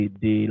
de